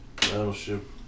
Battleship